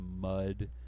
mud